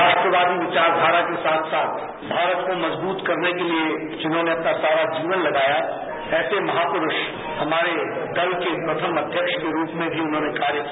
राष्ट्रवादी विचास्थारा के साथ साथ भारत को मजबूत करने के लिए जिन्होंने अपना सारा जीवन लगाया ऐसे महापुरूष हमारे कल के प्रथम अध्यक्ष के रूप में भी उन्होंने कार्य किया